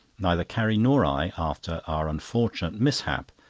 neither carrie nor i, after our unfortunate mishap,